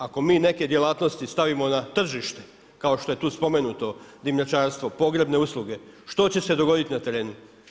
Ako mi neke djelatnosti stavimo na tržište kao je tu spomenuto dimnjačarstvo, pogrebne usluge što će se dogoditi na trenu?